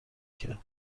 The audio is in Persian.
کرد